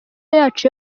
yacu